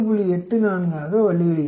84 ஆக வெளிவருகிறது